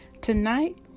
Tonight